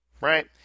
right